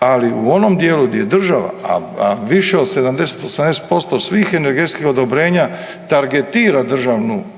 Ali u onom dijelu gdje je država, a više od 70, 80% svih energetskih odobrenja targetira državnu zemlju